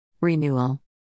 renewal